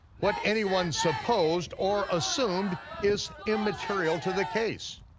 what anyone supposed or assumed is immaterial to the case.